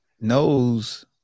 knows